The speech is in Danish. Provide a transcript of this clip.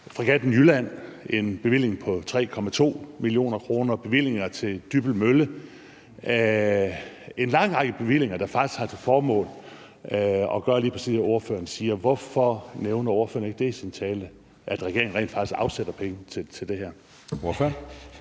Fregatten Jylland har fået en bevilling på 3,2 mio. kr., og der er bevillinger til Dybbøl Mølle. Det er en lang række bevillinger, der faktisk har til formål at gøre lige præcis det, ordføreren siger. Hvorfor nævner ordføreren ikke i sin tale, at regeringen rent faktisk afsætter penge til det her?